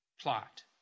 plot